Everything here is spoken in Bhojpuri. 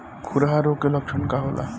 खुरहा रोग के लक्षण का होला?